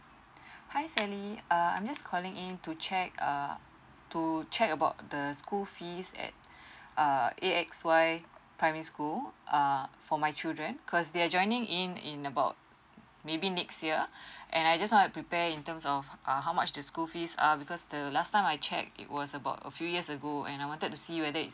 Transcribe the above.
hi sally um I'm just calling in to check err to check about the school fees at a A_X_Y primary school err for my children cause they're joining in in about maybe next year and I just wanna prepare in terms of err how much the school fees are because the last time I checked it was about a few years ago and I wanted to see whether it's